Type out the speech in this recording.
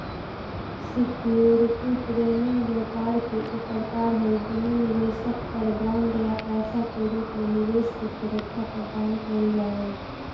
security trading व्यापार के ऊ प्रकार हई जेमे निवेशक कर बॉन्ड या पैसा के रूप में निवेश के सुरक्षा प्रदान कैल जा हइ